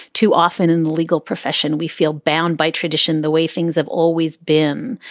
too often in legal profession, we feel bound by tradition the way things have always been.